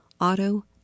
auto